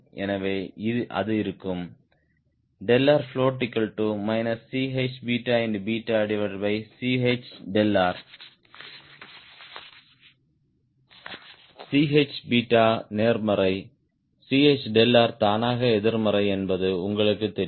எனவே அது இருக்கும் float ChChr Ch நேர்மறை Chr தானாக எதிர்மறை என்பது உங்களுக்குத் தெரியும்